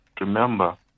remember